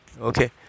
Okay